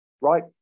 Right